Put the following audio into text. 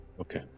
Okay